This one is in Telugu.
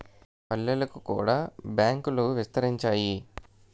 పల్లెలకు కూడా బ్యాంకులు విస్తరించాయి